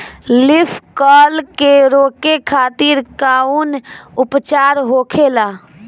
Leaf curl के रोके खातिर कउन उपचार होखेला?